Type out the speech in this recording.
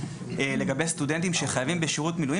לגבי סטודנטים שחייבים בשירות מילואים